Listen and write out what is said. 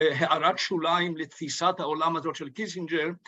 הערת שוליים לתפיסת העולם הזאת של קיסינג'ר